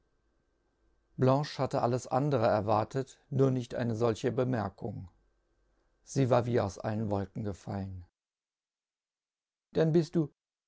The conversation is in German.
e fjatte alles sfabere erwartet nur nid t eine foldfie semerfung sie war wie aus ben sbolfen gefallen dann bift du